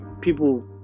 people